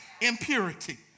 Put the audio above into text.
Impurity